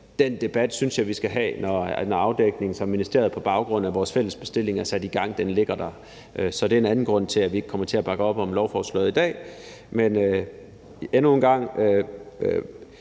den debat synes jeg at vi skal have, når den afdækning, som ministeriet på baggrund af vores fælles bestilling har sat i gang, ligger der. Så det er en anden grund til, at vi ikke kommer til at bakke op om beslutningsforslaget i dag. Men jeg er endnu en gang